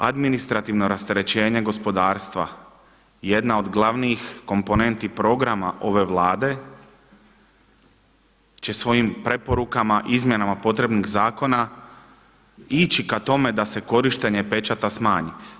Administrativno rasterećenje gospodarstva jedna od glavnih komponentni programa ove Vlade će svojim preporukama, izmjenama potrebnih zakona ići k tome da se korištenje pečata smanji.